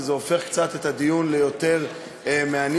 וזה הופך את הדיון ליותר מעניין,